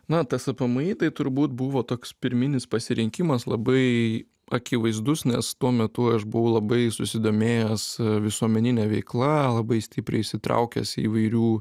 na tspmi tai turbūt buvo toks pirminis pasirinkimas labai akivaizdus nes tuo metu aš buvau labai susidomėjęs visuomenine veikla labai stipriai įsitraukęs į įvairių